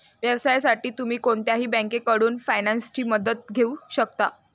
व्यवसायासाठी तुम्ही कोणत्याही बँकेकडून फायनान्सची मदत घेऊ शकता